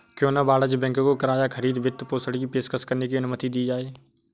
क्यों न वाणिज्यिक बैंकों को किराया खरीद वित्तपोषण की पेशकश करने की अनुमति दी जाए